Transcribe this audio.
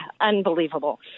Unbelievable